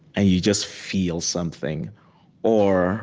and you just feel something or